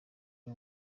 abe